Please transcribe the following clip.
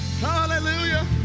Hallelujah